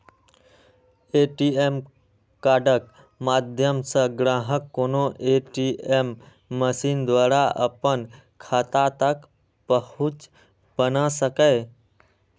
ATM कार्डक माध्यम सं ग्राहक कोनो ए.टी.एम मशीन द्वारा अपन खाता तक पहुंच बना सकैए